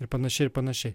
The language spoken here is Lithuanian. ir panašiai ir panašiai